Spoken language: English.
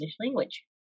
Language